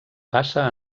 passa